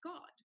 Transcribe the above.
God